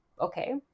okay